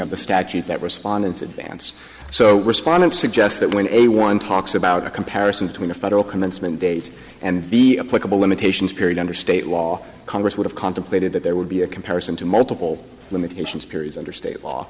of the statute that respondents advance so respondent suggests that when a one talks about a comparison between the federal commencement date and the limitations period under state law congress would have contemplated that there would be a comparison to multiple limitations periods under state law